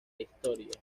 historieta